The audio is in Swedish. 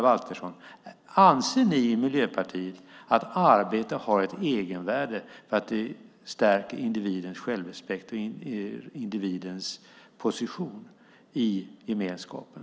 Anser ni i Miljöpartiet att arbete har ett egenvärde för att det stärker individens självrespekt och position i gemenskapen?